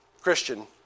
Christian